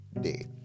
day